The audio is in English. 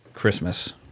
Christmas